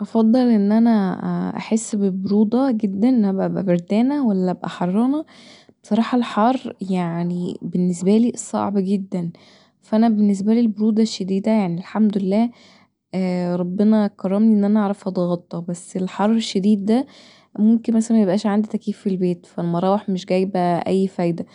أفضل ان انا احس ببروده جدا ابقي بردانه ولا ابقي حرانه صراحه الحر يعني بالنسبالي صعب جدا فأنا بالنسبالي البروده الشديده يعني الحمدلله ربنا كرمني ان انا اعرف اتغطي بس الحر الشديد دا ممكن ميبقاش عندي مثلا تكييف في البيت فالمراوح مش جايبه اي فايده